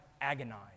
agonize